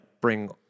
bring